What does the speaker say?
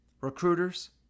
recruiters